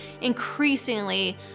increasingly